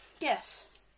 yes